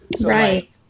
Right